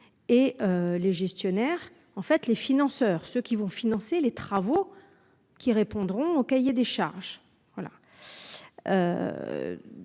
Et les gestionnaires en fait les financeurs, ceux qui vont financer les travaux qui répondront au cahier des charges.